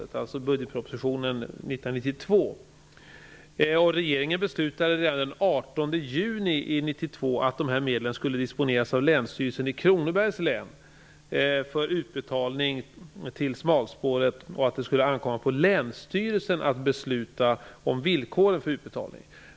Det var alltså budgetpropositionen Regeringen beslutade redan den 18 juni 1992 att de här medlen skulle disponeras av Länsstyrelsen i Kronobergs län för utbetalning till smalspåret och att det skulle ankomma på länsstyrelsen att besluta om villkoren för utbetalningen.